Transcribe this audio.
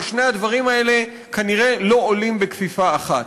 אבל שני הדברים האלה כנראה לא דרים בכפיפה אחת.